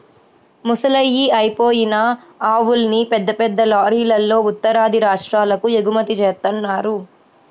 ముసలయ్యి అయిపోయిన ఆవుల్ని పెద్ద పెద్ద లారీలల్లో ఉత్తరాది రాష్ట్రాలకు ఎగుమతి జేత్తన్నారు